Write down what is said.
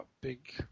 big